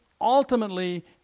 ultimately